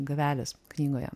gavelis knygoje